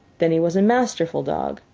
then he was a masterful dog,